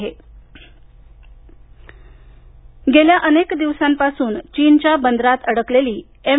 जगआनंद गेल्या अनेक दिवसांपासून चीनच्या बंदरात अडकलेली एम